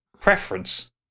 preference